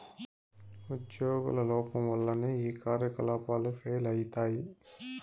ఉజ్యోగుల లోపం వల్లనే ఈ కార్యకలాపాలు ఫెయిల్ అయితయి